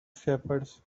shepherds